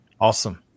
Awesome